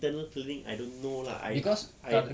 internal cleaning I don't know lah I I